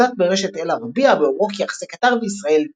צוטט ברשת "אל-ערבייה" באומרו כי יחסי קטר וישראל "טובים",